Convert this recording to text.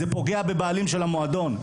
זה פוגע בבעלים של המועדון.